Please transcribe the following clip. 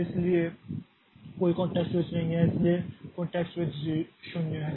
इसलिए कोई context switch नहीं हैं इसलिए कॉंटेक्स्ट स्विच 0 है